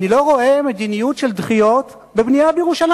אני לא רואה מדיניות של דחיות בבנייה בירושלים.